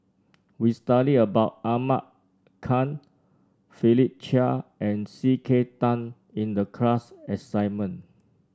we study about Ahmad Khan Philip Chia and C K Tang in the class assignment